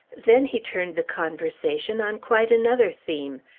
then he turned the conversation on quite another theme.